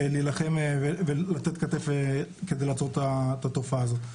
ולהילחם ולתת כתף כדי לעצור את התופעה הזאת.